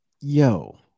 Yo